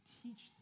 teach